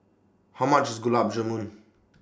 How much IS Gulab Jamun